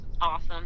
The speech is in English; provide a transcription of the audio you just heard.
awesome